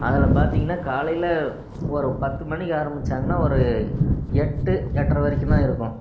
அதில் பார்த்தீங்கனா காலையில ஒரு பத்து மணிக்கு ஆரம்பிச்சாங்கன்னா ஒரு எட்டு எட்டரை வரைக்கும் தான் இருக்கும்